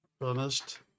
finished